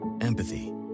Empathy